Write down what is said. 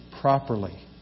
properly